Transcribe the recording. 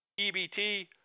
EBT